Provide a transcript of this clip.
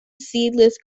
seedless